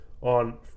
on